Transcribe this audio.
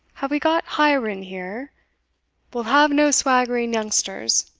have we got hiren here we'll have no swaggering youngsters.